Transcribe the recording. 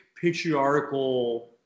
patriarchal